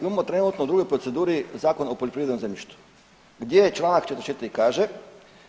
Imamo trenutno u drugoj proceduri Zakon o poljoprivrednom zemljištu gdje članak 44. kaže: